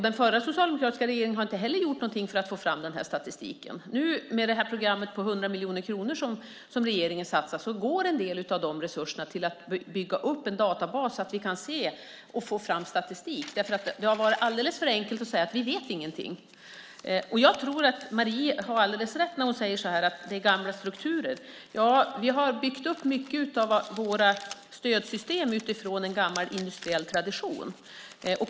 Den förra, socialdemokratiska, regeringen har inte heller gjort något för att få fram statistik. Med det här programmet på 100 miljoner kronor som regeringen satsar går en del resurser till att bygga upp en databas så att vi kan få fram statistik. Det har varit alldeles för enkelt att säga att vi inte vet något. Jag tror att Marie har alldeles rätt när hon säger att det är gamla strukturer. Vi har byggt upp många av våra stödsystem utifrån en gammal industriell tradition.